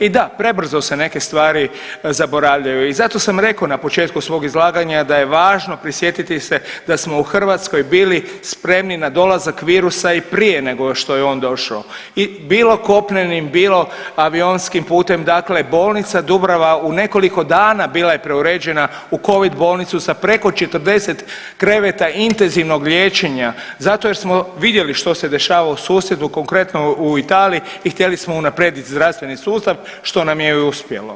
I da, prebrzo se neke stvari zaboravljaju i zato sam rekao na početku svog izlaganja da je važno prisjetiti se da smo u Hrvatskoj bili spremni na dolazak virusa i prije nego što je on došao i bilo kopnenim bilo avionskim putem dakle bolnica Dubrava u nekoliko dana bila je preuređena u covid bolnicu sa preko 40 kreveta intenzivnog liječenja zato jer smo vidjeli što se dešava u susjedstvu, konkretno u Italiji i htjeli smo unaprijedit zdravstveni sustav što nam je i uspjelo.